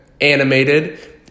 animated